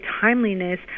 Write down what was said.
timeliness